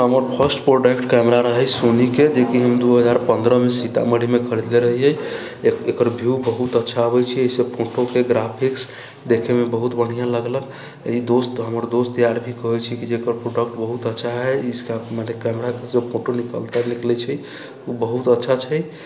हमर first product camera रहै सोनीके जेकि हम दू हजार पन्द्रहमे सीतामढ़ीमे खरीदले रहियै एकर उपयोग बहुत अच्छा अबैत छै एहि से फोटो एकर ग्राफिक्स देखेमे बहुत बढ़िआँ लगलक ई दोस्त हमर दोस्त यार भी कहैत छै कि एकर प्रोडक्ट बहुत अच्छा हइ इसका मतलब कैमरा फोटो लगातार निकलैत छै ओ बहुत अच्छा छै